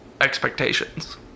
expectations